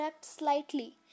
slightly